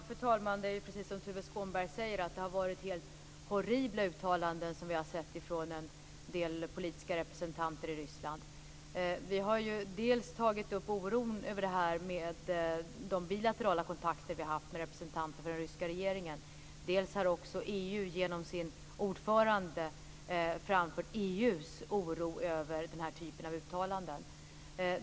Fru talman! Det är precis som Tuve Skånberg säger, nämligen att det har varit helt horribla uttalanden från en del politiska representanter i Ryssland. Dels har vi tagit upp oron över det här i de bilaterala kontakter som vi har haft med representanter för den ryska regeringen. Dels har EU genom sin ordförande framfört EU:s oro över den här typen av uttalanden.